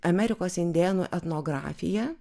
amerikos indėnų etnografija